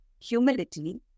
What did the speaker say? humility